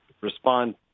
respond